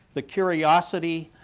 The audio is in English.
the curiosity,